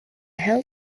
held